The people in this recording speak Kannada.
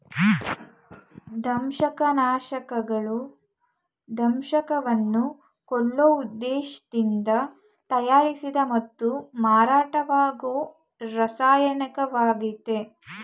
ದಂಶಕನಾಶಕಗಳು ದಂಶಕವನ್ನ ಕೊಲ್ಲೋ ಉದ್ದೇಶ್ದಿಂದ ತಯಾರಿಸಿದ ಮತ್ತು ಮಾರಾಟವಾಗೋ ರಾಸಾಯನಿಕವಾಗಯ್ತೆ